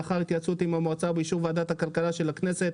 לאחר התייעצות עם המועצה ובאישור ועדת הכלכלה של הכנסת,